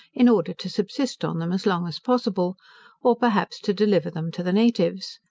in order to subsist on them as long as possible or perhaps to deliver them to the natives.